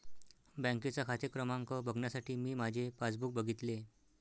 बँकेचा खाते क्रमांक बघण्यासाठी मी माझे पासबुक बघितले